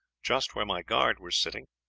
just where my guard was sitting,